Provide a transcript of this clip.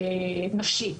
הנפשי.